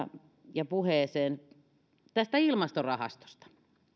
ja puheeseen tästä ilmastorahastosta